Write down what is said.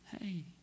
hey